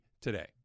today